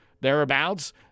thereabouts